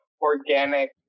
organic